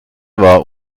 war